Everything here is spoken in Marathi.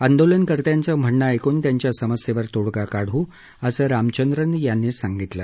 आंदोलनकर्त्यांचं म्हणणं ऐकून त्यांच्या समस्येवर तोडगा काढू असं रामचंद्रन यांनी सांगितलं